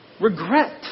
regret